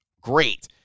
Great